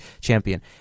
champion